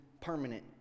permanent